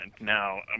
Now